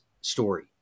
story